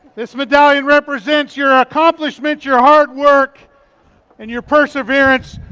this medallion represents your accomplishments, your hard work and your perseverance.